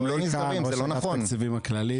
זה לא נכון,